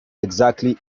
exactly